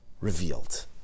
revealed